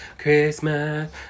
Christmas